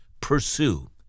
pursue